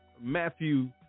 Matthew